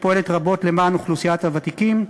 שפועלת רבות למען אוכלוסיית הוותיקים.